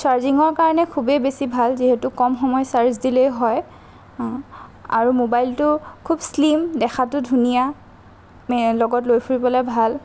চাৰ্জিঙৰ কাৰণে খুবেই বেছি ভাল যিহেতু কম সময় চাৰ্জ দিলেই হয় আৰু ম'বাইলটো খুব স্লিম দেখাতো ধুনীয়া লগত লৈ ফুৰিবলৈ ভাল